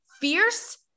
fierce